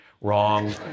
wrong